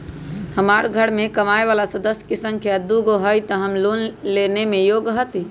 हमार घर मैं कमाए वाला सदस्य की संख्या दुगो हाई त हम लोन लेने में योग्य हती?